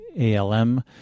ALM